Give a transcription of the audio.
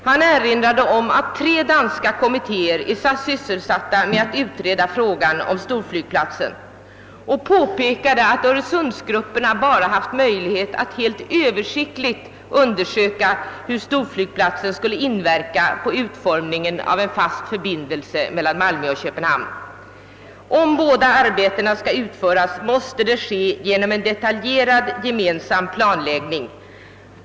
Han erinrade om att tre danska kommittéer är sysselsatta med att utreda frågan om storflygplatsen, och han påpekade, att öresundsgrupperna bara haft möjlighet att helt översiktligt undersöka hur storflygplatsen skulle inverka på utformningen av en fast förbindelse mellan Malmö och Köpenhamn. Om båda arbetena skall utföras, måste det ske genom en detaljerad gemensam planläggning.